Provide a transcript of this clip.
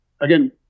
again